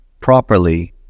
properly